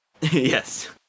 Yes